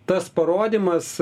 tas parodymas